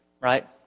right